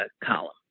column